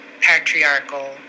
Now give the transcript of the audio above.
patriarchal